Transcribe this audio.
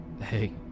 hey